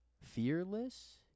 Fearless